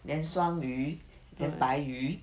then 双鱼 then 白鱼